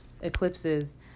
eclipses